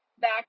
back